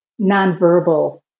nonverbal